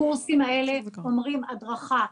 הקורסים האלה אומרים הדרכה,